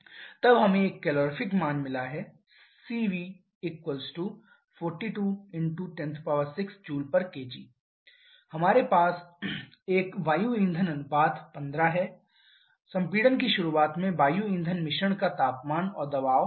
r6v1v2 तब हमें एक कैलोरीफिक मान मिला है CV 42 × 106 J kg और हमारे पास एक वायु ईंधन अनुपात 15 है संपीड़न की शुरुआत में वायु ईंधन मिश्रण का तापमान और दबाव